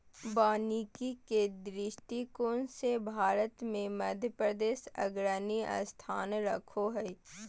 वानिकी के दृष्टिकोण से भारत मे मध्यप्रदेश अग्रणी स्थान रखो हय